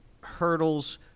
hurdles